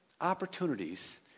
opportunities